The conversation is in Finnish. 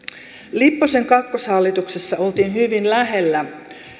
lipposen kakkoshallituksessa oltiin hyvin lähellä